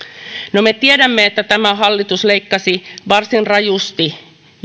no me tiedämme että hallitus leikkasi varsin rajusti